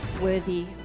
worthy